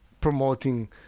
promoting